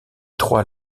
trois